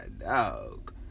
dog